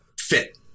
fit